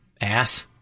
Ass